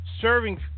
serving